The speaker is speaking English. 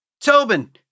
Tobin